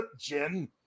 Jen